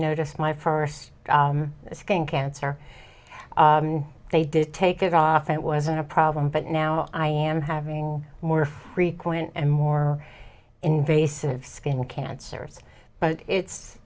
noticed my first skin cancer they did take it off it wasn't a problem but now i am having more frequent and more invasive skin cancer but it's